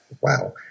Wow